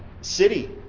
city